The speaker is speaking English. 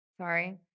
Sorry